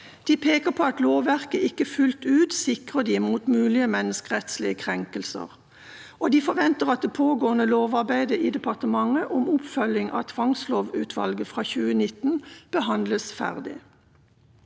De peker på at lovverket ikke fullt ut sikrer dem mot mulige menneskerettslige krenkelser, og de forventer at det pågående lovarbeidet i departementet om oppfølging av tvangslovutvalget fra 2019 behandles ferdig.